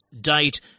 date